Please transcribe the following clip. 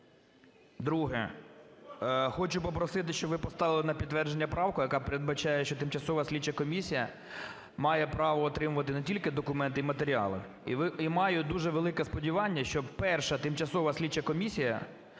Друге. Хочу попросити, щоб ви поставили на підтвердження правку, яка передбачає, що тимчасова слідча комісія має право отримувати не тільки документи і матеріали. І маю дуже велике сподівання, що перша тимчасова слідча комісія,